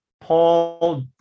paul